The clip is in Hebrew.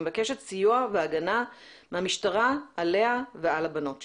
מבקשת סיוע והגנה מהמשטרה עליה ועל הבנות שלה.